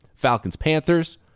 Falcons-Panthers